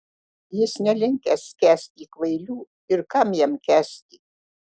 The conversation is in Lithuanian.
jis nelinkęs kęsti kvailių ir kam jam kęsti